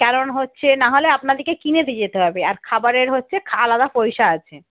কারণ হচ্ছে না হলে আপনাদেরকে কিনে দিয়ে যেতে হবে আর খাবারের হচ্ছে আলাদা পয়সা আছে